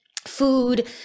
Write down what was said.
food